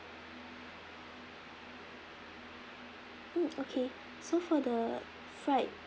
mm okay so for the fried